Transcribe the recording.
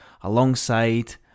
alongside